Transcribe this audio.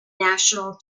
national